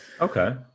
okay